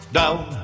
down